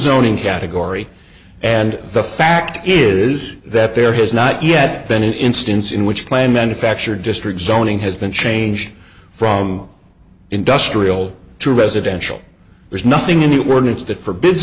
zoning category and the fact is that there has not yet been an instance in which plan manufacture district zoning has been changed from industrial to residential there's nothing in new orleans that forbids